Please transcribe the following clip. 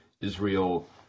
Israel